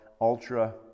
ultra